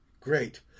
great